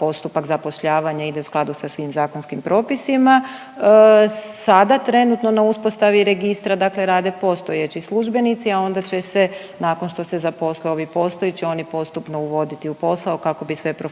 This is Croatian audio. postupak zapošljavanja ide u skladu sa svim zakonskim propisima. Sada trenutno na uspostavi registra dakle rade postojeći službenici, a onda će se nakon što se zaposle ovi postojeći oni postupno uvoditi u posao kao bi sve profunkcioniralo